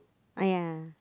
!aiya!